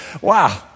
Wow